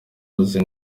uzi